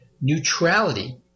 neutrality